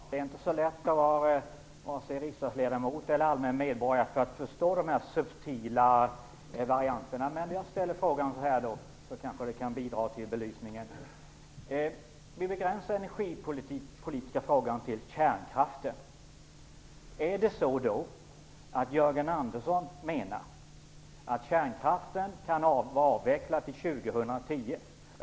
Herr talman! Det är inte så lätt för vare sig en riksdagsledamot eller en allmän medborgare att förstå de här subtila varianterna. Men låt mig ställa frågan på ett litet annorlunda sätt, så kanske statsrådets svar kan bidra till belysningen. Låt oss nu begränsa den energipolitiska frågan till kärnkraften. Menar Jörgen Andersson att kärnkraften kan avvecklas till år 2010?